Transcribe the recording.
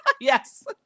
yes